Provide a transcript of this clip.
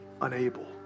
unable